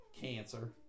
Cancer